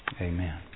Amen